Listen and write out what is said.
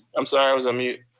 i'm sorry, i was on mute.